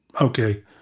okay